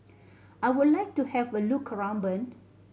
I would like to have a look around Bern